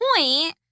point